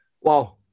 Wow